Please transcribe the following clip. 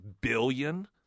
billion